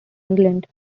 england